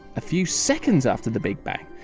a few seconds after the big bang,